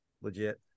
legit